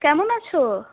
কেমন আছো